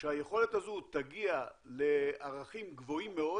כשהיכולת הזו תגיע לערכים גבוהים מאוד